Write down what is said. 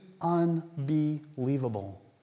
unbelievable